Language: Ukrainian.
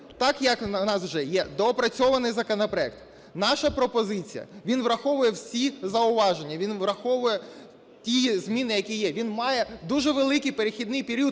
так як в нас вже є доопрацьований законопроект, наша пропозиція, він враховує всі зауваження, він враховує ті зміни, які є, він має дуже великий перехідний період